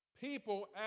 People